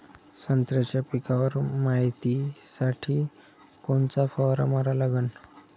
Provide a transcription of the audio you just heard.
संत्र्याच्या पिकावर मायतीसाठी कोनचा फवारा मारा लागन?